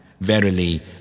Verily